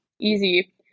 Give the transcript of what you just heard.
Easy